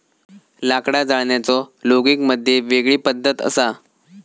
लाकडा जाळण्याचो लोगिग मध्ये वेगळी पद्धत असा